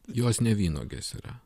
jos ne vynuogės yra